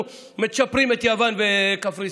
אנחנו מצ'פרים את יוון וקפריסין,